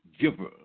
giver